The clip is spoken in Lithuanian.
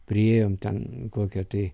priėjom ten kokia tai